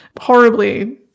horribly